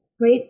right